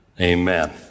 amen